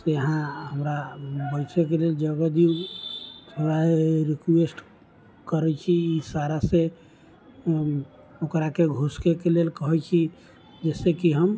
से अहाँ हमरा बैसयके लेल जगह दियौ थोड़ा रिक्वेस्ट करै छी इशारासँ ओकराके घुसकैके लेल कहै छी जिससे कि हम